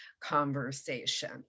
conversation